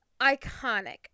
Iconic